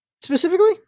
specifically